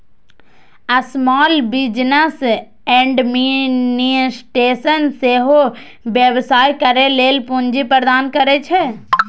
small business administration सेहो व्यवसाय करै लेल पूंजी प्रदान करै छै